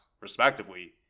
respectively